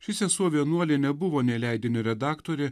ši sesuo vienuolė nebuvo nei leidinio redaktorė